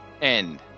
End